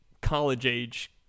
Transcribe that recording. college-age